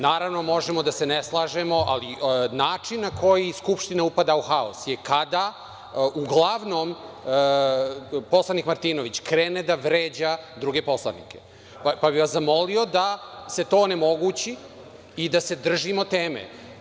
Naravno, možemo da se ne slažemo, ali način na koji Skupština upada u haos je kada, uglavnom, poslanik Martinović krene da vređa druge poslanike, pa bih vas zamolio da se to onemogući i da se držimo teme.